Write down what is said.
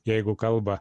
jeigu kalba